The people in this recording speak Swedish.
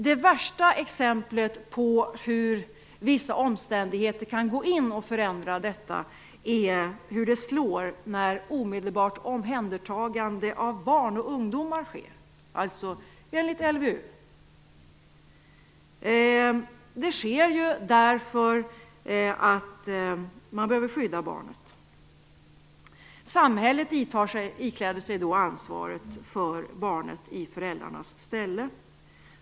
Det värsta exemplet på hur vissa omständigheter kan förändra detta är hur det slår när omedelbart omhändertagande av barn och ungdomar sker enligt LVU. Det sker därför att man behöver skydda barnet. Samhället iklär sig då ansvaret för barnet i föräldrarnas ställe.